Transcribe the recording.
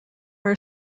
are